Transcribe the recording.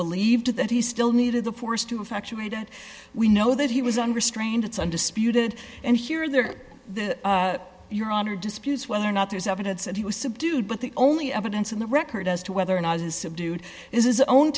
believed that he still needed the force to effectuate and we know that he was unrestrained it's undisputed and here and there your honor disputes whether or not there's evidence that he was subdued but the only evidence in the record as to whether or not his subdued is his own